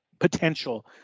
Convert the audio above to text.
potential